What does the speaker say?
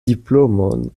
diplomon